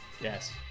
Yes